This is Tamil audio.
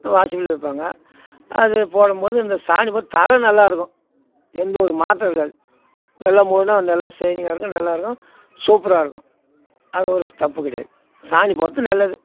வாசப்படியில் வைப்பாங்க அது போடும்போது அந்த சாணி போட்டு தரை நல்லாயிருக்கும் எந்த ஒரு மாற்றம் இருக்காது நல்லா மொழுகினா நல்லா சைனிங்காக இருக்கும் நல்லாயிருக்கும் சூப்பராக இருக்கும் அது ஒரு தப்பு கிடையாது சாணி போடுறது நல்லது